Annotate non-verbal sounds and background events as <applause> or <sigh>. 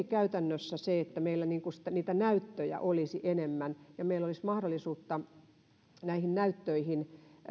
<unintelligible> käytännössä meillä näyttöjä olisi enemmän ja meillä olisi mahdollisuutta näyttöihin